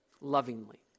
lovingly